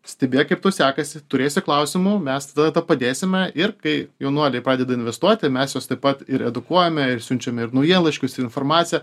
stebėk kaip tau sekasi turėsi klausimų mes tada tau padėsime ir kai jaunuoliai pradeda investuoti mes juos taip pat ir edukuojame ir siunčiame ir naujienlaiškius ir informaciją